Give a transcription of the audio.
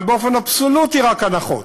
אבל באופן אבסולוטי, רק הנחות,